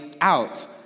out